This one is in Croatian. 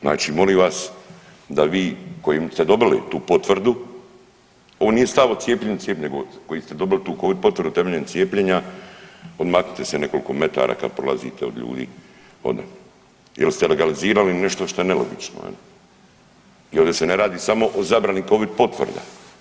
Znači molim vas da vi koji ste dobili tu potvrdu, ovo nije stav o cijepljenju …/nerazumljivo/… nego koji ste dobili tu Covid potvrdu temeljem cijepljenja odmaknite se nekoliko metara kad prolazite od ljudi …/nerazumljivo/… jer ste legalizirali nešto što je nelogično i ovdje se ne radi samo o zabrani covid potvrda.